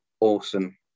awesome